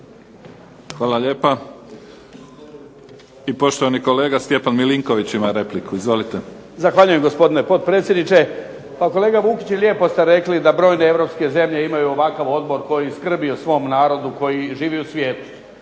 Hvala lijepa. I poštovani kolega Stjepan Milinković ima repliku. Izvolite. **Milinković, Stjepan (HDZ)** Zahvaljujem gospodine potpredsjedniče. Pa kolega Vukić lijepo ste rekli da brojne europske zemlje imaju ovakav odbor koji skrbi o svom narodu koji živi u svijetu.